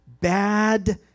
Bad